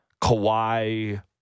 Kawhi